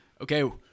Okay